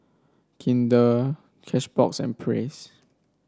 Kinder Cashbox and Praise